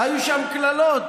היו שם קללות,